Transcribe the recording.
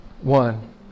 One